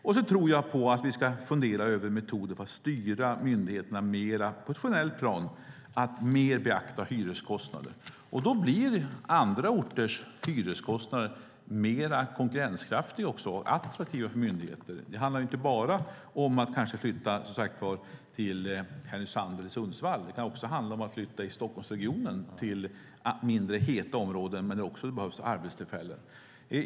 Dessutom tror jag på att vi ska fundera över metoden att styra myndigheterna mer på ett generellt plan, mer beakta hyreskostnader. Då blir andra orters hyreskostnader också mer konkurrenskraftiga och attraktiva för myndigheter. Det handlar inte bara om att flytta till Härnösand eller Sundsvall. Det kan också handla om att flytta i Stockholmsregionen, till mindre heta områden där det behövs arbetstillfällen.